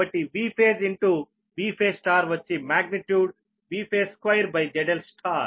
కాబట్టి Vphase into Vphaseవచ్చి magnitude Vphase2ZL